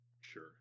Sure